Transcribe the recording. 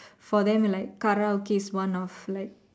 for them like Karaoke is one of like